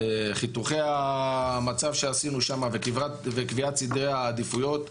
חיתוכי המצב שעשינו שם וקביעת סדרי העדיפויות,